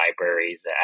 libraries